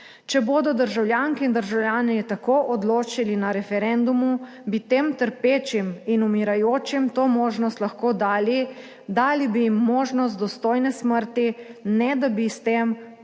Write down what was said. Če bodo državljanke in državljani tako odločili na referendumu, bi tem trpečim in umirajočim to možnost lahko dali. Dali bi jim možnost dostojne smrti, ne da bi s tem komurkoli